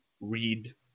read